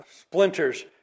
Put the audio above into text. splinters